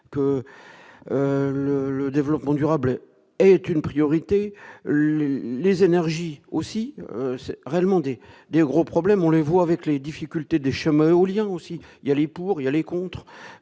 que le développement durable est une priorité, les énergies aussi réellement des des gros problèmes, on les voit avec les difficultés des chemins aux Liens aussi il y a les pour, il y a les contres